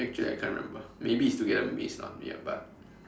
actually I can't remember maybe it's together maybe it's not ya but